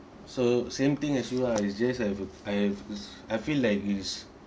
so same thing as you lah you just have to I've I feel like is